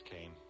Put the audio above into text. came